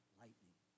lightning